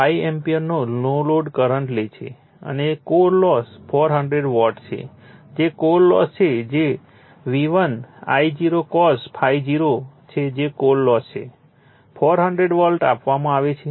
5 ampere નો load current લે છે અને કોર લોસ 400 વોટ છે જે કોર લોસ છે જે V1 I0 cos ∅0 છે જે કોર લોસ છે 400 વોટ આપવામાં આવે છે